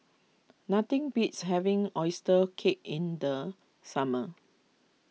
nothing beats having Oyster Cake in the summer